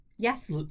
yes